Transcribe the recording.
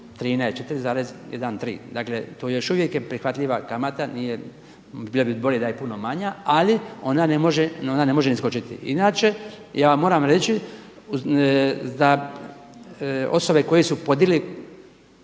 4,13, 4,13, dakle to još uvijek je prihvatljiva kamata, bilo bi bolje da je puno manja ali ona ne može ni skočiti. Inače ja vam moram reći da osobe koje su podigli